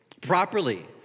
properly